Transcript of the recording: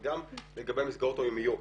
וגם לגבי המסגרות היומיות,